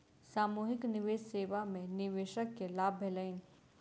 सामूहिक निवेश सेवा में निवेशक के लाभ भेलैन